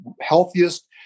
healthiest